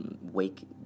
wake